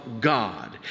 God